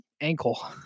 ankle